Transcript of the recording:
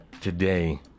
today